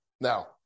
now